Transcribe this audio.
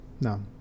No